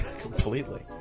Completely